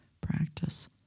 practice